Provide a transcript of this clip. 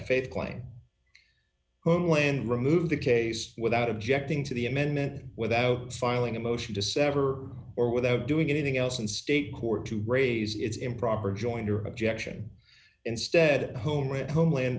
faith claim homeland remove the case without objecting to the amendment without filing a motion to sever or without doing anything else and state court to raise its improper jointer objection instead whom writ homeland